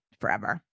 forever